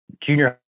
Junior